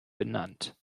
benannt